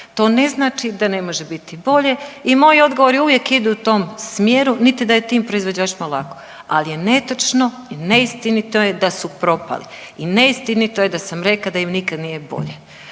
To ne znači da ne može biti bolje i moj odgovori uvijek idu u tom smjeru niti da je tim proizvođačima lako, ali je netočno i neistino je da su propali. I neistinito je da sam rekla da im nikad nije bolje.